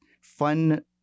fun